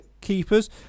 keepers